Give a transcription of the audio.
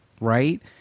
right